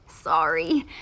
Sorry